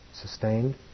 sustained